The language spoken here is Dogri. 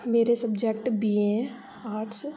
मेरे सब्जेक्ट बीए आर्ट्स